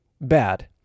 bad